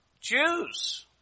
Jews